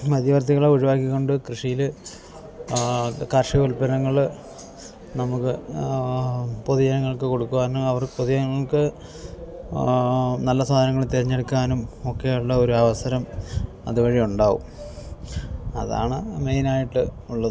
മധ്യവർത്തികളെ ഒഴിവാക്കിക്കൊണ്ട് കൃഷിയിൽ കാർഷിക ഉൽപ്പന്നങ്ങൾ നമുക്ക് പൊതുജനങ്ങൾക്ക് കൊടുക്കുവാനും അവർ പൊതുജനങ്ങൾക്ക് നല്ല സാധനങ്ങൾ തെരഞ്ഞെടുക്കാനും ഒക്കെയുള്ള ഒരു അവസരം അതുവഴി ഉണ്ടാവും അതാണ് മെയിൻ ആയിട്ട് ഉള്ളത്